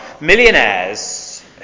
Millionaires